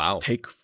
take